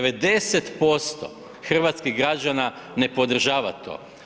90% hrvatskih građana ne podržava to.